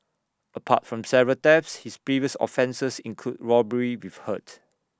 apart from several thefts his previous offences include robbery with hurt